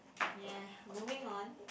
ya moving on